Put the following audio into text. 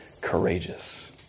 courageous